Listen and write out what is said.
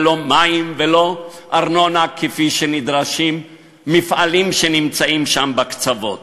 ולא על מים ולא ארנונה כפי שנדרשים מפעלים שנמצאים שם בקצוות.